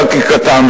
בחקיקתם,